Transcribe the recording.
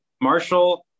Marshall